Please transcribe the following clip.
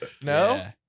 No